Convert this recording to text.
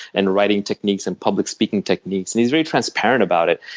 and writing techniques and public speaking techniques. and he's very transparent about it.